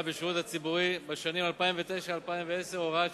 הציבורי בשנים 2009 ו-2010 (הוראת